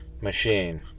machine